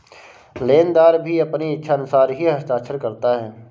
लेनदार भी अपनी इच्छानुसार ही हस्ताक्षर करता है